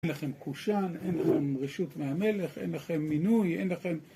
אין לכם קושאן, אין לכם רשות מהמלך, אין לכם מינוי, אין לכם...